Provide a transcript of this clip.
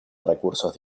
recursos